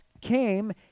came